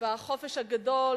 בחופש הגדול.